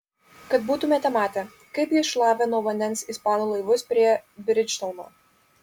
kad būtumėte matę kaip jis šlavė nuo vandens ispanų laivus prie bridžtauno